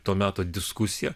to meto diskusiją